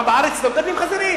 מה, בארץ לא מגדלים חזירים?